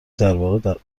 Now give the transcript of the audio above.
درواقع